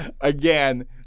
Again